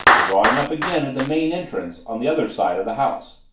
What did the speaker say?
drawing up again at the main entrance on the other side of the house.